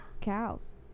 Cows